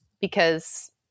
because-